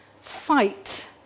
fight